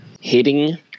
hitting